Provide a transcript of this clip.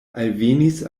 alvenis